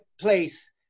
place